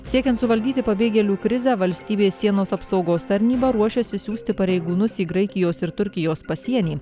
siekiant suvaldyti pabėgėlių krizę valstybės sienos apsaugos tarnyba ruošėsi siųsti pareigūnus į graikijos ir turkijos pasienį